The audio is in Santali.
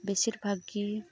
ᱵᱮᱥᱤᱨ ᱵᱷᱟᱜᱽ ᱜᱮ